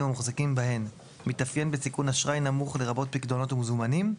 המוחזקים בהן מתאפיין בסיכון אשראי נמוך לרבות פיקדונות ומזומנים,